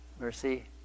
Mercy